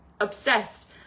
obsessed